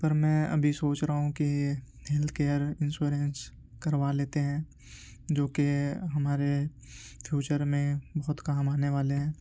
پر میں ابھی سوچ رہا ہوں کہ ہیلتھ کیئر انسورینس کروا لیتے ہیں جو کہ ہمارے فیوچر میں بہت کام آنے والے ہیں